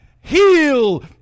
Heal